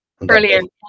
brilliant